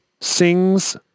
sings